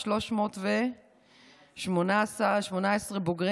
318 בוגרי